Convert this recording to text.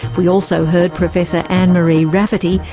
we also heard professor anne marie rafferty,